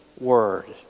Word